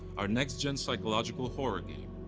our next-gen psychological horror game.